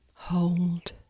Hold